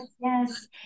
yes